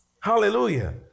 Hallelujah